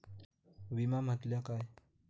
विमा म्हटल्या काय?